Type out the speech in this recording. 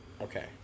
Okay